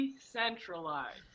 Decentralized